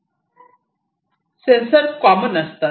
sensor common असतात